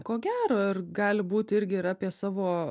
ko gero ir gali būti irgi yra apie savo